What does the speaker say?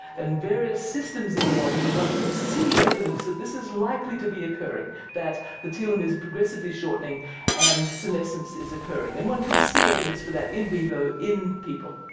and various systems in the body one can see evidence that this is likely to be occurring, that the telomeres progressively shortening and senescence is occurring. and one can see evidence for that in vivo, in people.